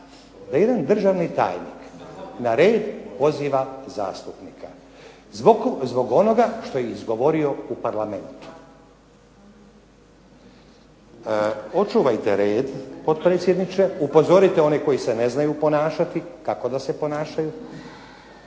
da jedan državni tajnik na red poziva zastupnika, zbog onoga što je izgovorio u Parlamentu. Očuvajte red potpredsjedniče, upozorite one koji se ne znaju ponašati kako da se ponašaju,